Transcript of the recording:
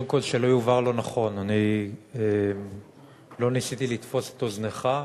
קודם כול שלא יובן לא נכון: אני לא ניסיתי לתפוס את אוזנך.